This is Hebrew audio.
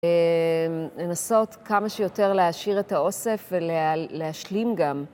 לנסות כמה שיותר להשאיר את האוסף ולהשלים גם.